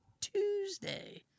Tuesday